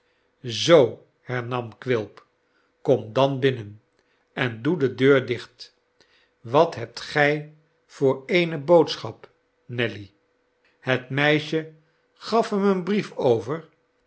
zoo hernam quilp kom dan binnen en doe de deur dicht wat hebt gij voor eene boodschap nelly het meisje gaf hem een brief over